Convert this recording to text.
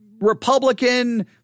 Republican